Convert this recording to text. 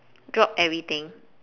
drop everything